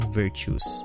virtues